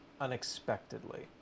unexpectedly